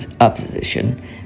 opposition